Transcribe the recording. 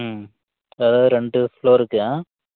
ம் அதாவது ரெண்டு ஃப்ளோருக்கு ஆ